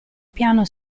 piano